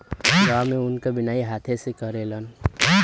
गांव में ऊन क बिनाई हाथे से करलन